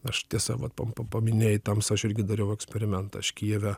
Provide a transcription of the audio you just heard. aš tiesa vat pam pa paminėjai tamsą aš irgi dariau eksperimentą aš kijeve